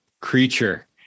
creature